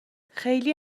خیلی